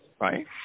right